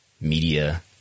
media